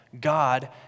God